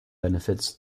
benefits